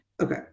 Okay